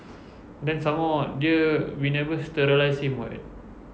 then some more dia we never sterilize him [what]